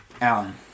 Alan